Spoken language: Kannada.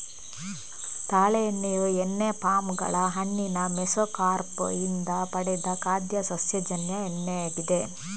ತಾಳೆ ಎಣ್ಣೆಯು ಎಣ್ಣೆ ಪಾಮ್ ಗಳ ಹಣ್ಣಿನ ಮೆಸೊಕಾರ್ಪ್ ಇಂದ ಪಡೆದ ಖಾದ್ಯ ಸಸ್ಯಜನ್ಯ ಎಣ್ಣೆಯಾಗಿದೆ